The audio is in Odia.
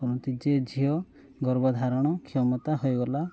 କୁହନ୍ତି ଯେ ଝିଅ ଗର୍ଭଧାରଣ କ୍ଷମତା ହୋଇଗଲା